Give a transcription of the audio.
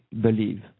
believe